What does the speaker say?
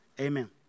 Amen